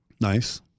Nice